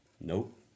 Nope